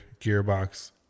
Gearbox